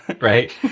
right